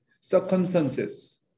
circumstances